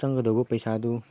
ꯆꯪꯒꯗꯧꯕ ꯄꯩꯁꯥꯗꯨ